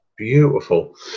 Beautiful